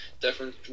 different